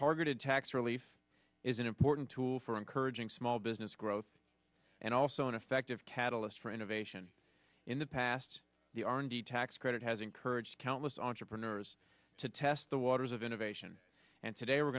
targeted tax relief is an important tool for encouraging small business growth and also an effective catalyst for innovation in the past the r and d tax credit has encouraged countless entrepreneurs to test the waters of innovation and today we're